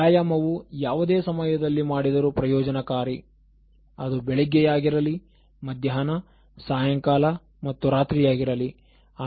ವ್ಯಾಯಾಮವು ಯಾವುದೇ ಸಮಯದಲ್ಲಿ ಮಾಡಿದರು ಪ್ರಯೋಜನಕಾರಿ ಅದು ಬೆಳಿಗ್ಗೆ ಯಾಗಿರಲಿ ಮಧ್ಯಾಹ್ನ ಸಾಯಂಕಾಲ ಮತ್ತು ರಾತ್ರಿ ಯಾಗಿರಲಿ